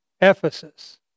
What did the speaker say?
Ephesus